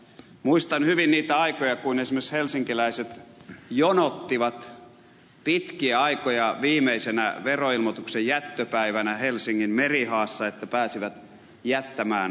muistan hyvin niitä aikoja kun esimerkiksi helsinkiläiset jonottivat pitkiä aikoja viimeisenä veroilmoituksen jättöpäivänä helsingin merihaassa että pääsivät jättämään veroilmoituksensa